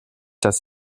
dass